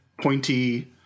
pointy